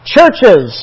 Churches